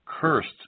Cursed